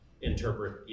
interpret